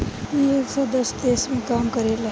इ एक सौ दस देश मे काम करेला